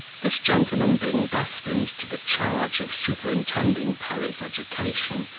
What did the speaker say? this gentleman being destined to the charge of superintending perry's education,